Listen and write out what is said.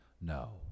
No